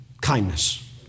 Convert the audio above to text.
kindness